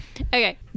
Okay